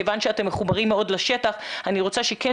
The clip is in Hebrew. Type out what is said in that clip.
כיוון שאתם מחוברים מאוד לשטח אני רוצה שכן